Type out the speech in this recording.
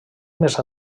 més